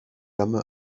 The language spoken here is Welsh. dyma